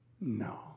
No